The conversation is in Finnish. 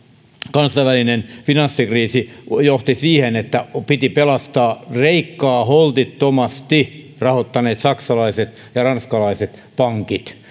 kansainvälinen finanssikriisi johti siihen että piti pelastaa kreikkaa holtittomasti rahoittaneet saksalaiset ja ranskalaiset pankit